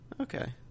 Okay